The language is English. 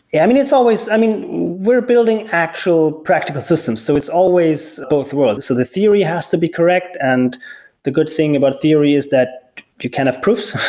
yeah. i mean, it's always i mean, we're building actual practical system. so it's always both worlds. so the theory has to be correct, and the good thing about theory is that you can have proofs.